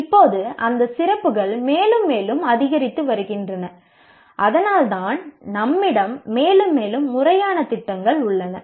இப்போது அந்த சிறப்புகள் மேலும் மேலும் அதிகரித்து வருகின்றன அதனால்தான் நம்மிடம் மேலும் மேலும் முறையான திட்டங்கள் உள்ளன